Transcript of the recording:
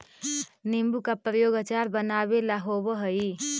नींबू का प्रयोग अचार बनावे ला होवअ हई